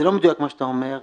מה שגבי אומר הוא לא מדויק.